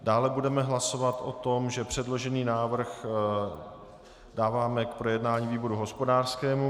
Dále budeme hlasovat o tom, že předložený návrh dáváme k projednání výboru hospodářskému.